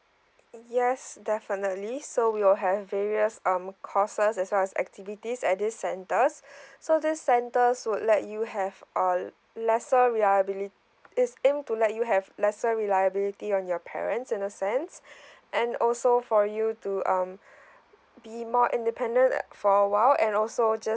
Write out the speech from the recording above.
yes definitely so we will have various um courses as well as activities at these centers so these centers would let you have uh lesser reliabili~ it's aimed to let you have lesser reliability on your parents in a sense and also for you to um be more independent uh for a while and also just